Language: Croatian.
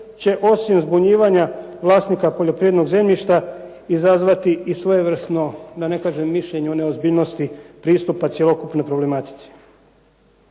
će osim zbunjivanja vlasnika poljoprivrednog zemljišta izazvati i svojevrsno da ne kažem mišljenje o neozbiljnosti pristupa cjelokupnoj problematici.